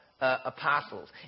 apostles